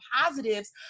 positives